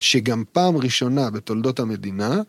שגם פעם ראשונה בתולדות המדינה